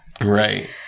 Right